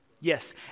Yes